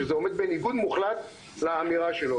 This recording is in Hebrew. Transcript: וזה עומד בניגוד מוחלט לאמירה שלו,